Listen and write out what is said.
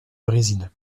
brésil